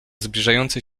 zbliżający